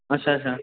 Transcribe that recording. अच्छा अच्छा